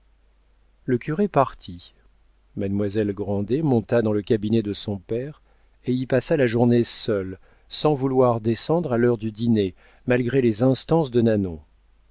le curé partit mademoiselle grandet monta dans le cabinet de son père et y passa la journée seule sans vouloir descendre à l'heure du dîner malgré les instances de nanon